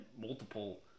multiple